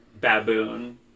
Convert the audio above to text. baboon